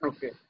Okay